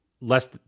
less